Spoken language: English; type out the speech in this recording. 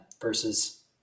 versus